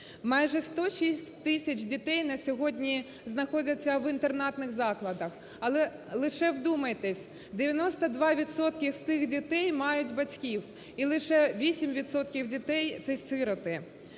Майже 106 тисяч дітей на сьогодні знаходяться в інтернатних закладах, але, лише вдумайтесь, 92 відсотки з тих дітей мають батьків і лише 8 відсотків дітей – це сироти.